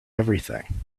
everything